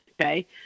okay